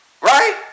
Right